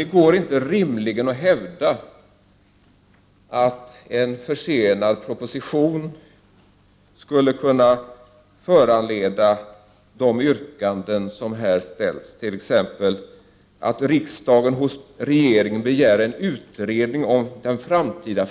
Det går rimligen inte att hävda att en försenad proposition skulle kunna föranleda de yrkanden som här har ställts, t.ex. att riksdagen hos regeringen begär en utredning om den framtida